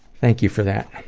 thank you for that.